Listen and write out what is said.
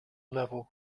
level